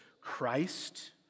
Christ